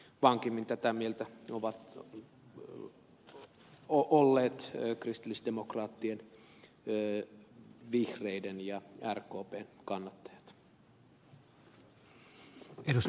vankimmin tätä mieltä ovat olleet kristillisdemokraattien vihreiden ja rkpn kannattajat